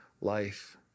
life